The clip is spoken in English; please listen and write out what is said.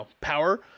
power